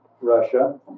Russia